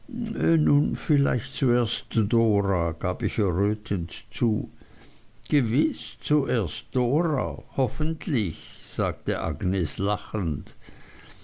vielleicht zuerst dora gab ich errötend zu gewiß zuerst dora hoffentlich sagte agnes lachend